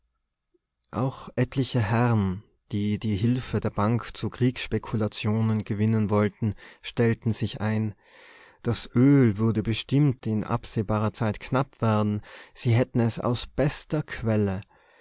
auch etliche herren die die hilfe der bank zu kriegsspekulationen gewinnen wollten stellten sich ein das öl würde bestimmt in absehbarer zeit knapp werden sie hätten es aus bester quelle